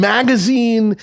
Magazine